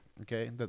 okay